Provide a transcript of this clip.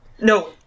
No